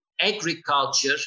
agriculture